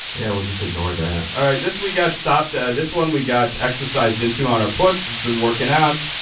yeah, we'll just ignore that. all right, this we got stopped. ah this one we got exercised into on our puts. it's been working out.